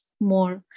more